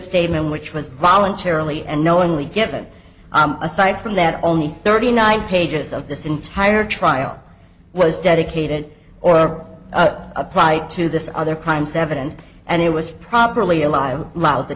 statement which was voluntarily and knowingly given aside from that only thirty nine pages of this entire trial was dedicated or apply to this other crime seven and it was properly alive while the